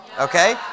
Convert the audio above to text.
okay